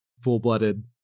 full-blooded